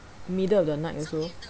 middle of the night also